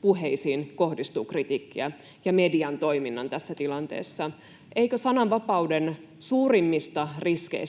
puheisiin kohdistuu kritiikkiä ja median toiminta tässä tilanteessa. Eikö sananvapauden suurimpia riskejä